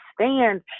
stand